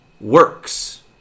works